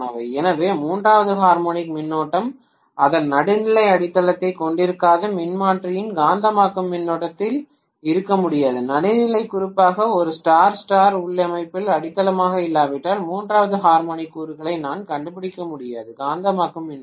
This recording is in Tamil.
எனவே மூன்றாவது ஹார்மோனிக் மின்னோட்டம் அதன் நடுநிலை அடித்தளத்தைக் கொண்டிருக்காத மின்மாற்றியின் காந்தமாக்கும் மின்னோட்டத்தில் இருக்க முடியாது நடுநிலை குறிப்பாக ஒரு ஸ்டார் ஸ்டார் உள்ளமைவில் அடித்தளமாக இல்லாவிட்டால் மூன்றாவது ஹார்மோனிக் கூறுகளை நான் கண்டுபிடிக்க முடியாது காந்தமாக்கும் மின்னோட்டத்தில்